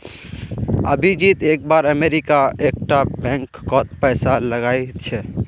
अभिजीत एक बार अमरीका एक टा बैंक कोत पैसा लगाइल छे